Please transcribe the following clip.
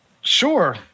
Sure